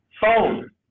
Phone